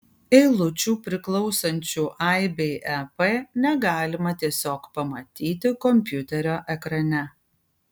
eilučių priklausančių aibei ep negalima tiesiogiai pamatyti kompiuterio ekrane